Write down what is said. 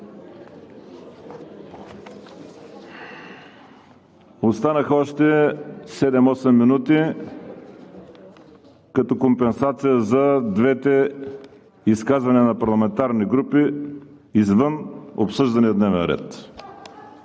Останаха още 7 – 8 минути като компенсация за двете изказвания на парламентарни групи, извън обсъждания дневен ред.